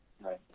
right